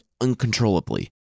uncontrollably